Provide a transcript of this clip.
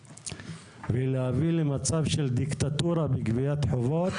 ולהביא למצב של דיקטטורה בגביית חובות,